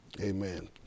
Amen